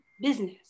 business